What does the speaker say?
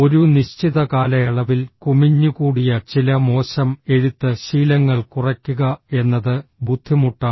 ഒരു നിശ്ചിത കാലയളവിൽ കുമിഞ്ഞുകൂടിയ ചില മോശം എഴുത്ത് ശീലങ്ങൾ കുറയ്ക്കുക എന്നത് ബുദ്ധിമുട്ടാണ്